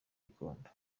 gikondo